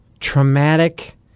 traumatic